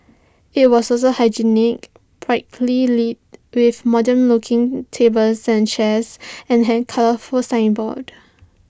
IT was also hygienic brightly lit with modern looking tables and chairs and hand signboards